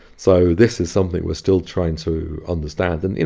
so this is something we're still trying to understand. and, you